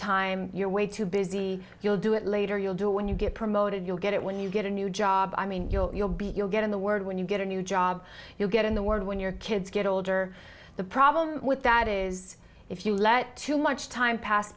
time you're way too busy you'll do it later you'll do when you get promoted you'll get it when you get a new job i mean you'll be you'll get in the world when you get a new job you'll get in the world when your kids get older the problem with that is if you let too much time pass